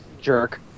jerk